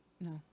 No